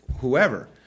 whoever